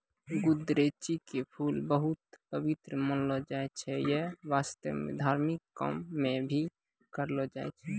गुदरैंची के फूल बहुत पवित्र मानलो जाय छै यै वास्तं धार्मिक काम मॅ भी करलो जाय छै